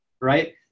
right